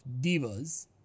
divas